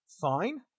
fine